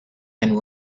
and